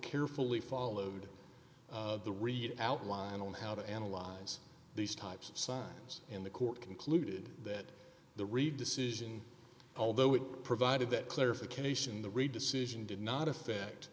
carefully followed the read out line on how to analyze these types of signs in the court concluded that the reid decision although it provided that clarification the read decision did not affect